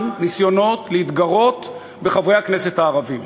ניסיונות להתגרות בחברי הכנסת הערבים.